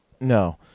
No